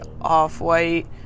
Off-White